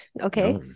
Okay